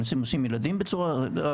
אנשים עושים ילדים בצורה אחרת.